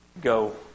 go